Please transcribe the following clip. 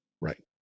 Right